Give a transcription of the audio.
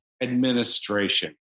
Administration